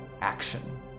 action